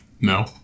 No